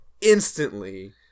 instantly